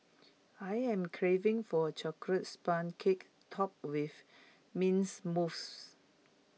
I am craving for A Chocolate Sponge Cake Topped with mints mousse